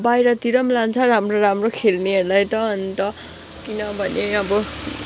बाहिरतिर पनि लान्छ राम्रो राम्रो खेल्नेहरू लाई त अन्त किनभने अब